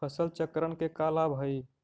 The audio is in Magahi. फसल चक्रण के का लाभ हई?